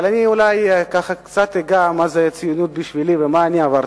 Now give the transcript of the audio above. אבל אני אולי ככה קצת אגע מה זה ציונות בשבילי ומה אני עברתי.